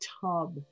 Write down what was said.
tub